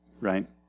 Right